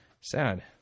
Sad